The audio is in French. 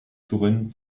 touraine